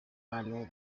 palo